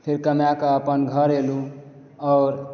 फेर कमायकऽ अपन घर अयलूँ आओर